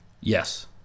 Yes